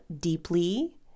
deeply